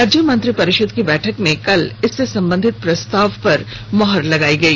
राज्य मंत्रिपरिषद की बैठक में कल इससे संबंधित प्रस्ताव पर मुहर लगाई गई